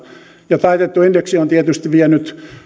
ja taitettu indeksi on tietysti vienyt